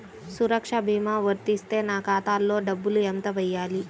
సురక్ష భీమా వర్తిస్తే నా ఖాతాలో డబ్బులు ఎంత వేయాలి?